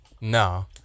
no